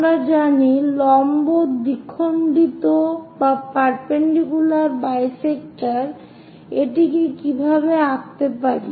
আমরা জানি লম্ব দ্বিখণ্ডিত এটিকে কিভাবে আঁকতে পারি